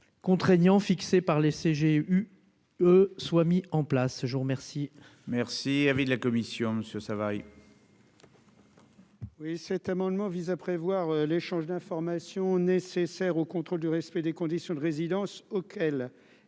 contraignant fixé par laisser, j'ai eu soit mis en place ce jour merci. Merci, avis de la Commission, monsieur Savary. Oui, cet amendement vise à prévoir l'échange d'informations nécessaires au contrôle du respect des conditions de résidence auquel est